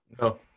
No